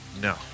No